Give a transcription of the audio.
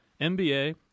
MBA